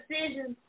decisions